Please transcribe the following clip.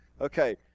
okay